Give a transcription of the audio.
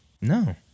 No